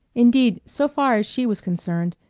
indeed, so far as she was concerned,